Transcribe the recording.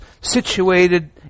situated